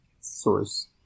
source